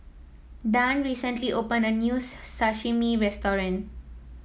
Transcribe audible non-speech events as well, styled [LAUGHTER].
Dann recently opened a new [UNINTELLIGIBLE] Sashimi restaurant